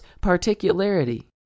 particularity